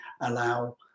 allow